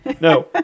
No